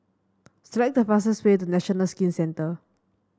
select the fastest way to National Skin Centre